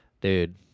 Dude